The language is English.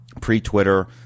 pre-Twitter